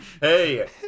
Hey